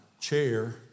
chair